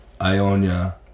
Ionia